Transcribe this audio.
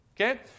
Okay